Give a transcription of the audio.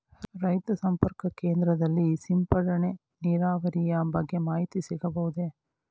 ರೈತ ಸಂಪರ್ಕ ಕೇಂದ್ರದಲ್ಲಿ ಸಿಂಪಡಣಾ ನೀರಾವರಿಯ ಬಗ್ಗೆ ಮಾಹಿತಿ ಸಿಗಬಹುದೇ?